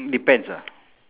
depends ah